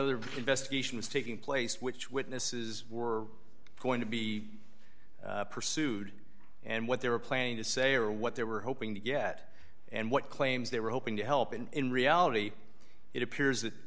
of the investigation is taking place which witnesses were going to be pursued and what they were planning to say or what they were hoping to get and what claims they were hoping to help in in reality it appears that